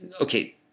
okay